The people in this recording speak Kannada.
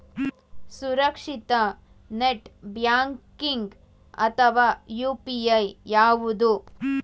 ಸುರಕ್ಷಿತ ನೆಟ್ ಬ್ಯಾಂಕಿಂಗ್ ಅಥವಾ ಯು.ಪಿ.ಐ ಯಾವುದು?